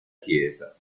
chiesa